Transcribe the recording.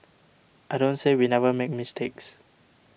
I don't say we never make mistakes